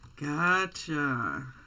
Gotcha